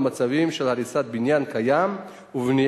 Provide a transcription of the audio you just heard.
אני מתכבד להביא בפני הכנסת לקריאה ראשונה,